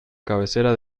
cabecera